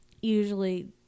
usually